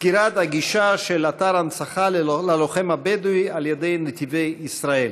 סגירת הגישה של אתר הנצחה ללוחם הבדואי על ידי נתיבי ישראל.